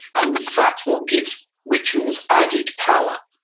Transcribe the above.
and that's what gives rituals added power.